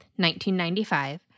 1995